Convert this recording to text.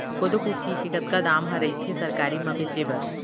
कोदो कुटकी के कतका दाम ह रइथे सरकारी म बेचे बर?